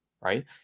Right